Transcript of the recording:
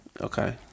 Okay